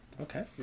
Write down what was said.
Okay